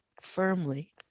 firmly